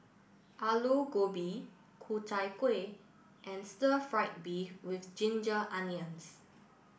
Aloo Gobi Ku Chai Kueh and Stir Fried Beef with Ginger Onions